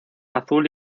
azul